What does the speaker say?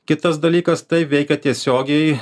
kitas dalykas tai veikia tiesiogiai